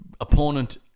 opponent